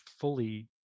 fully